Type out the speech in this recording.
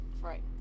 Right